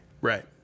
Right